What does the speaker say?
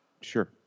Sure